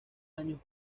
años